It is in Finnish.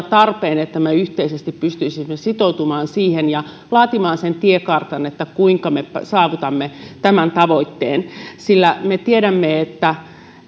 tarpeen että me yhteisesti pystyisimme sitoutumaan siihen ja laatimaan sen tiekartan kuinka me saavutamme tämän tavoitteen sillä me me tiedämme että